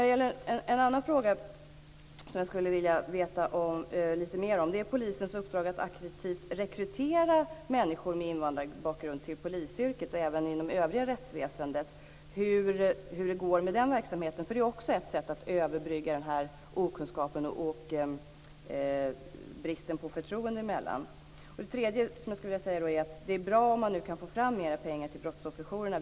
En annan fråga som jag skulle vilja veta lite mer om är polisens uppdrag att aktivt rekrytera människor med invandrarbakgrund till polisyrket och även inom övriga rättsväsendet. Hur går det med den verksamheten? Det är ju också ett sätt att överbrygga okunskapen och bristen på förtroende. Jag skulle också vilja säga att det är bra om man nu kan få fram mera pengar till brottsofferjourerna.